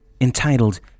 entitled